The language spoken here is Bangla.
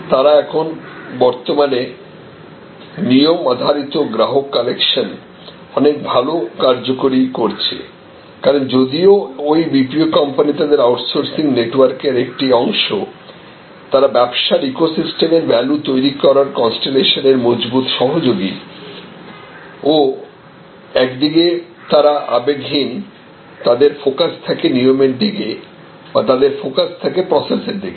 তারা এখন বর্তমানে নিয়ম আধারিত গ্রাহক কালেকশন অনেক ভালো কার্যকরী করছে কারণ যদিও ওই BPO কোম্পানি তাদের আউটসোর্সিং নেটওয়ার্কের একটি অংশ তারা ব্যবসার ইকোসিস্টেমের ভ্যালু তৈরি করার কনস্টেলেশনের মজবুত সহযোগী ও একদিকে তারা আবেগহীন তাদের ফোকাস থাকে নিয়মের দিকে বা তাদের ফোকাস থাকে প্রসেসর দিকে